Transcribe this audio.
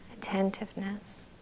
attentiveness